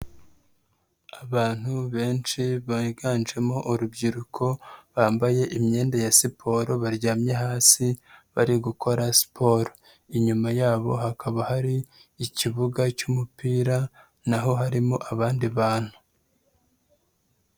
Abantu benshi biganjemo urubyiruko bambaye imyenda ya siporo baryamye hasi bari gukora siporo, inyuma yabo hakaba hari ikibuga cy'umupira naho harimo abandi bantu.